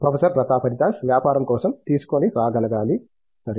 professor Pratap Haridas వ్యాపారం కోసం తీసుకొనిరాగలగాలి సరే